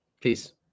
Peace